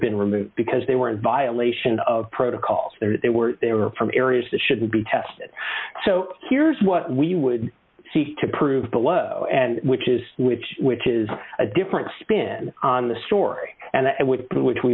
been removed because they were in violation of protocol that they were they were from areas that should be tested so here's what we would seek to prove below and which is which which is a different spin on the story and w